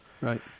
Right